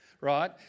right